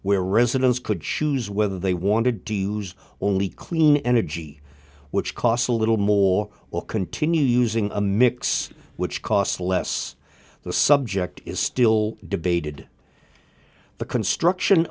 where residents could choose whether they wanted to use only clean energy which cost a little more or continue using a mix which costs less the subject is still debated the construction